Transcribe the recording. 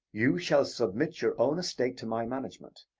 you shall submit your own estate to my management,